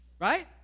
Right